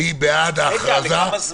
מי בעד ההכרזה?